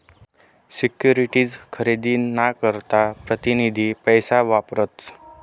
securities खरेदी ना करता प्रतीनिधी पैसा वापरतस